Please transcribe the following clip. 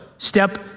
Step